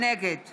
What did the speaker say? נגד